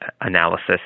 analysis